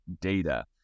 data